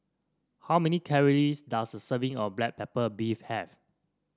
how many calories does a serving of Black Pepper Beef have